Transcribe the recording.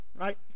right